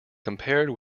compared